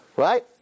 Right